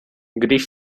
když